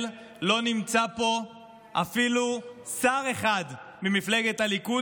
לא נמצא פה אפילו שר אחד ממפלגת הליכוד,